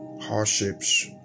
hardships